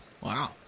Wow